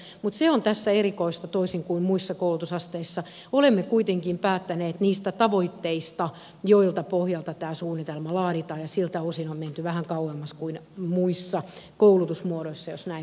mutta se on tässä erikoista toisin kuin muissa koulutusasteissa että olemme kuitenkin päättäneet niistä tavoitteista joiden pohjalta tämä suunnitelma laaditaan ja siltä osin on menty vähän kauemmas kuin muissa koulutusmuodoissa jos näin voi sanoa